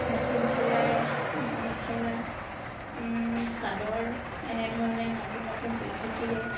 machine চিলাই মেখেলা চাদৰ এনেধৰণে নতুন নতুন পদ্ধতিৰে